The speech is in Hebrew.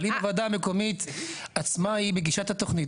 אבל אם הוועדה המקומית עצמה היא מגישת התוכנית,